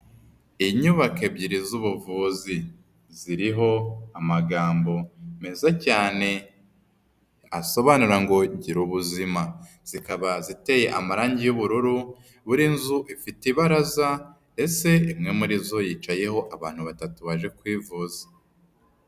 Inyubako ebyiri z'ubuvuzi. Ziriho amagambo meza cyane asobanura ngo gira ubuzima. Zikaba ziteye amarangi y'ubururu, buri nzu ifite ibaraza ndetse buri imwe muri zo yicayeho abantu batatu baje kwivuza.